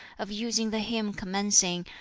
of using the hymn commencing,